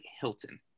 Hilton